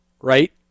right